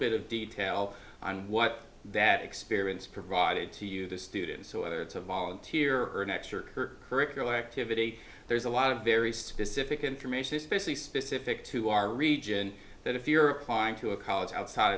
bit of detail on what that experience provided to you the students whether it's a volunteer or next your current curricular activity there's a lot of very specific information especially specific to our region that if you're applying to a college outside